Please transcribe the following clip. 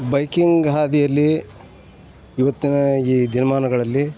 biking ಹಾದಿಯಲ್ಲಿ ಇವತ್ತಿನ ಈ ದಿನಮಾನಗಳಲ್ಲಿ